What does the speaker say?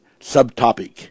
subtopic